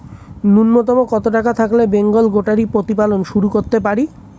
নূন্যতম কত টাকা থাকলে বেঙ্গল গোটারি প্রতিপালন শুরু করতে পারি?